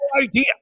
idea